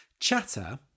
Chatter